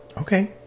Okay